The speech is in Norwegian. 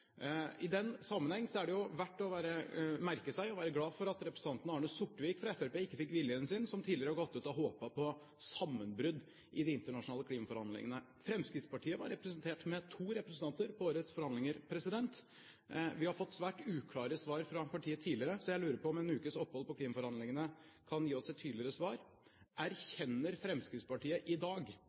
I den sammenheng er det verdt å merke seg og være glad for at representanten Arne Sortevik fra Fremskrittspartiet ikke fikk viljen sin, som tidligere har gått ut og sagt at han håpet på sammenbrudd i de internasjonale klimaforhandlingene. Fremskrittspartiet var representert med to representanter i årets forhandlinger. Vi har fått svært uklare svar fra partiet tidligere, så jeg lurer på om en ukes opphold med klimaforhandlinger kan gi oss et tydeligere svar: Erkjenner Fremskrittspartiet i dag